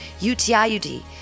UTIUD